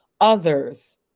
others